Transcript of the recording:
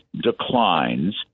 declines